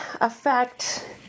affect